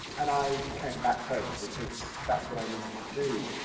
and i came back home because that's what i needed to do.